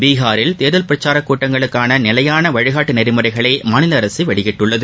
பீஹாரில் தேர்தல் பிரக்சாரக் கூட்டங்களுக்கான நிலையான வழிகாட்டு நெறிமுறைகளை மாநில அரசு வெளியிட்டுள்ளது